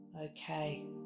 Okay